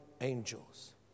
angels